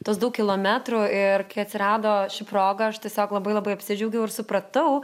tuos daug kilometrų ir kai atsirado ši proga aš tiesiog labai labai apsidžiaugiau ir supratau